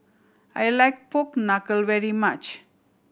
I like pork knuckle very much